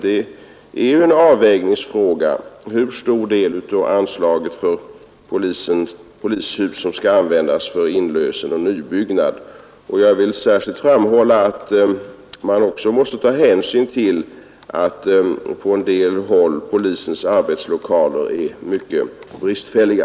Det är ju en avvägningsfråga hur stor del av anslaget för polishus som skall användas för inlösen och nybyggnad. Jag vill särskilt framhålla att man också måste ta hänsyn till att på en del häll polisens arbetslokaler är mycket bristfälliga.